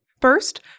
First